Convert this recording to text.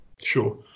Sure